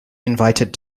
invited